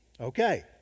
Okay